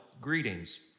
greetings